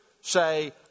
say